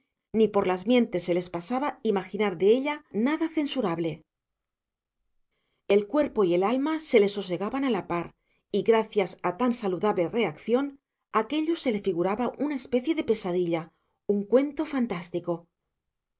ni por las mientes se les pasaba imaginar de ella nada censurable el cuerpo y el alma se le sosegaban a la par y gracias a tan saludable reacción aquello se le figuraba una especie de pesadilla un cuento fantástico